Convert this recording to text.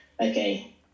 Okay